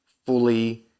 fully